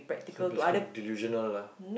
so basically delusional lah